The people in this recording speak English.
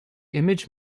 image